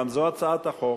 גם זו הצעת החוק,